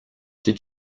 did